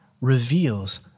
reveals